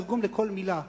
תרגום לכל מלה,